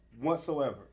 whatsoever